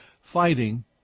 fighting